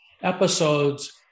episodes